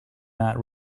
not